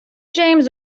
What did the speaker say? james